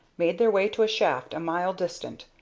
made their way to a shaft a mile distant,